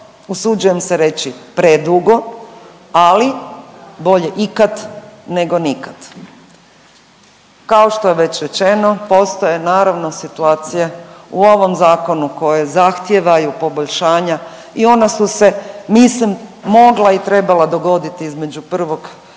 usuđujem se reći predugo, ali bolje ikad nego nikad. Kao što je već rečeno postoje naravno situacije u ovom zakonu koje zahtijevaju poboljšanja i ona su se mislim mogla i trebala dogoditi između prvog i